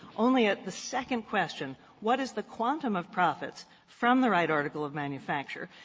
only at the second question what is the quantum of profits from the right article of manufacture?